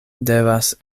devas